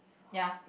ya